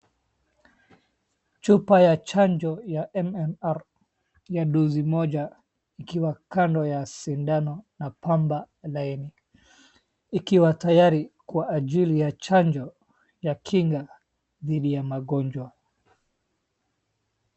Chupa ya chanjo ya MMR ya dozi moja ikiwa kando ya sindano na pamba laini. Ikiwa tayari kwa ajili ya chanjo ya kinga dhidi ya magonjwa.